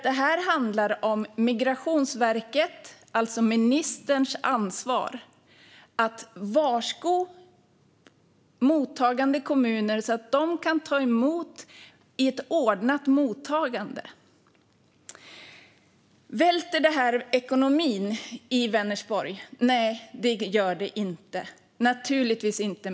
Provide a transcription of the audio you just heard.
Det handlar om Migrationsverkets, alltså ministerns, ansvar att varsko mottagande kommuner så att de kan ta emot i ett ordnat mottagande. Välter det här ekonomin i Vänersborg? Nej, det gör det naturligtvis inte.